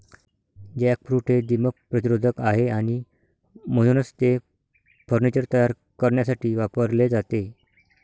jackfruit हे दीमक प्रतिरोधक आहे आणि म्हणूनच ते फर्निचर तयार करण्यासाठी वापरले जाते